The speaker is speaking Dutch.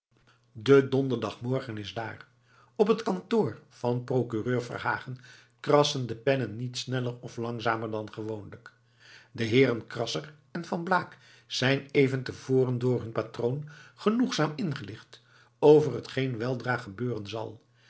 de donderdagmorgen is daar op het kantoor van den procureur verhagen krassen de pennen niet sneller of langzamer dan gewoonlijk de heeren krasser en van blaak zijn even te voren door hun patroon genoegzaam ingelicht over hetgeen weldra gebeuren zal